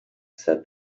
said